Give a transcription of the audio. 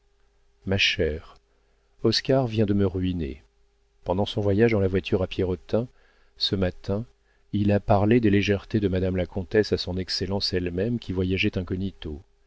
ma chère oscar vient de me ruiner pendant son voyage dans la voiture à pierrotin ce matin il a parlé des légèretés de madame la comtesse à son excellence elle-même qui voyageait incognito